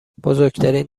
بزرگترین